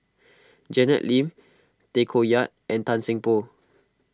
Janet Lim Tay Koh Yat and Tan Seng Poh